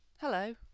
Hello